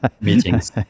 meetings